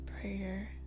prayer